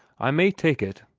i may take it,